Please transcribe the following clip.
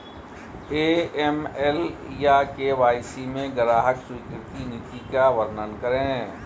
AML या KYC में ग्राहक स्वीकृति नीति का वर्णन करें?